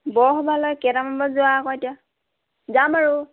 বৰ সভালৈ কেইটামান বজাত যোৱা আকৌ এতিয়া যাম আৰু